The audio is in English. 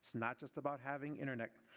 not just about having internet,